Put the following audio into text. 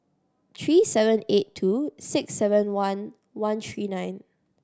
three seven eight two six seven one one three nine